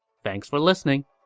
thanks for listening